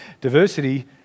Diversity